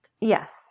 Yes